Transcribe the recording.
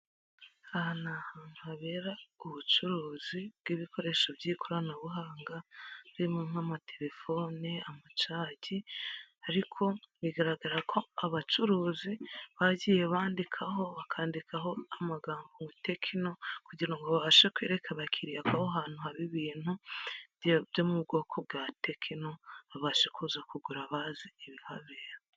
Aha ni ahantu habera ubucuruzi bw'ibikoresho by'ikoranabuhanga birimo nk'amatelefone, amacagi, ariko bigaragara ko abacuruzi bagiye bandikaho, bakandikaho amagambo tekino kugira ngo babashe kwereka abakiriya ko aho hantu haba ibintu byo mu bwoko bwa tekino babashe kuza kugura bazi ibihabera.